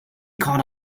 caught